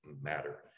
matter